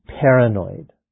paranoid